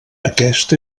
aquest